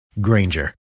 Granger